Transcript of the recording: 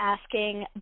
asking